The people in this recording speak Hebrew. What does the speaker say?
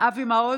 אבי מעוז,